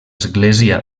església